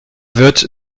wird